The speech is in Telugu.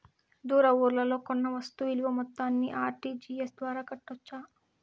దూర ఊర్లలో కొన్న వస్తు విలువ మొత్తాన్ని ఆర్.టి.జి.ఎస్ ద్వారా కట్టొచ్చా?